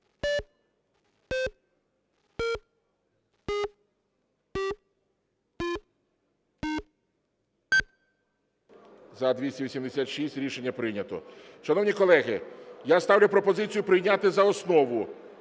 За-286 Рішення прийнято. Шановні колеги, я ставлю пропозицію прийняти за основу